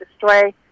destroy